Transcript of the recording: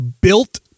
built